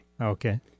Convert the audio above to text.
Okay